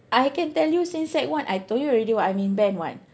I can tell you since sec one I told you already what I'm in band one